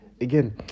again